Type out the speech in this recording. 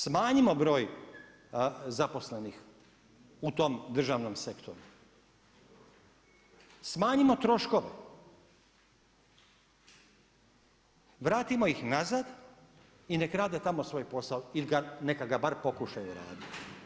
Smanjimo broj zaposlenih u tom državnom sektoru, smanjimo troškove, vratimo ih nazad i nek tamo rade svoj posao ili neka ga bar pokušaju raditi.